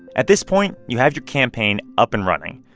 at this point, you have your campaign up and running.